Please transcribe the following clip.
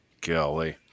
Golly